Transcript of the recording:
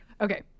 Okay